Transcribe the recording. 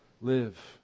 live